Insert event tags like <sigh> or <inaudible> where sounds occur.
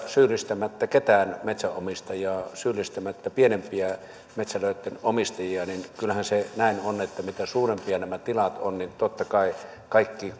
syyllistämättä ketään metsänomistajaa syyllistämättä pienempien metsälöitten omistajia että kyllähän se näin on että mitä suurempia nämä tilat ovat niin totta kai kaikki <unintelligible>